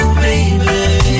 baby